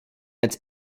its